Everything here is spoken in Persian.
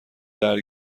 درد